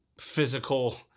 physical